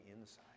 inside